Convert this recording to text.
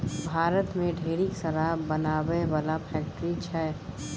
भारत मे ढेरिक शराब बनाबै बला फैक्ट्री छै